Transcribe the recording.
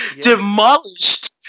demolished